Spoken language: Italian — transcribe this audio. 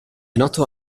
noto